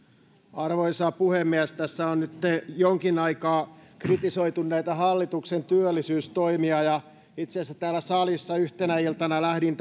arvoisa puhemies tässä on nytten jonkin aikaa kritisoitu hallituksen työllisyystoimia ja itse asiassa täällä salissa yhtenä iltana lähdin